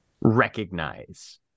recognize